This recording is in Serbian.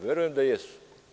Verujem da jesu.